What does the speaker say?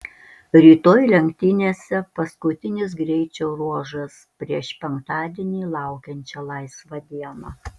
rytoj lenktynėse paskutinis greičio ruožas prieš penktadienį laukiančią laisvą dieną